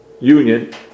Union